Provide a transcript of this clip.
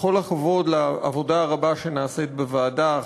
בכל הכבוד לעבודה הרבה שנעשית בוועדה,